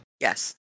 Yes